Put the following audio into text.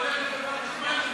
הוא הולך לחברת החשמל ומבקש,